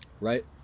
Right